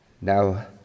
Now